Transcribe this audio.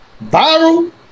viral